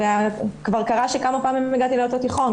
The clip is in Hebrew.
וכבר קרה שכמה פעמים הגעתי לאותו תיכון,